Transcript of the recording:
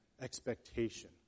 expectation